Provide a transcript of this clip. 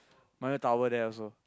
Milo tower there also